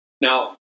Now